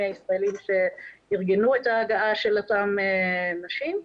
מי הישראלים שארגנו את ההגעה של אותן נשים.